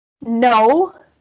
no